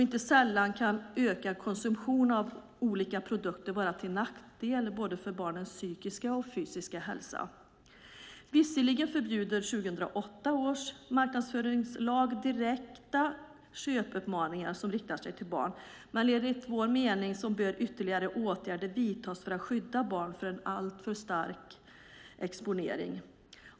Inte sällan kan ökad konsumtion av olika produkter vara till nackdel både för barnens psykiska och fysiska hälsa. Visserligen förbjuder 2008 års marknadsföringslag direkta köpuppmaningar som riktar sig till barn. Men enligt vår mening bör ytterligare åtgärder vidtas för att skydda barn från en alltför stark exponering.